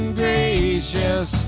gracious